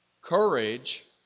courage